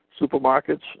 supermarkets